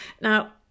Now